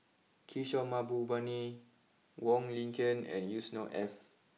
Kishore Mahbubani Wong Lin Ken and Yusnor Ef